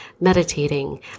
meditating